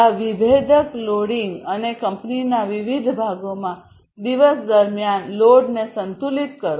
આ વિભેદક લોડિંગ અને કંપનીના વિવિધ ભાગોમાં દિવસ દરમિયાન લોડને સંતુલિત કરો